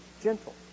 Gentle